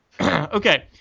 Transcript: Okay